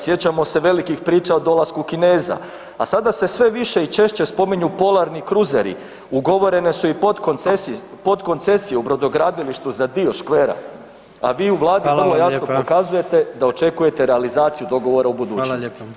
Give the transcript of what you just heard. Sjećamo se velikih priča o dolasku Kineza, a sada se sve više i češće spominju polarni kruzeri, ugovorene su i podkoncesije u brodogradilištu za dio škvera [[Upadica: Hvala vam lijepa.]] a vi u Vladi vrlo jasno pokazujete da očekujete realizaciju dogovora u budućnosti.